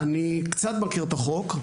אני קצת מכיר את החוק,